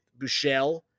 Bouchelle